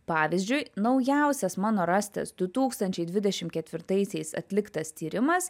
pavyzdžiui naujausias mano rastas du tūkstančiai dvidešim ketvirtaisiais atliktas tyrimas